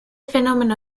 fenómeno